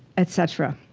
etc.